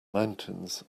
mountains